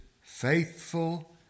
faithful